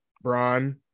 Braun